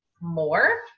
more